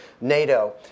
NATO